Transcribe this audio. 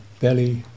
belly